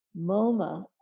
MoMA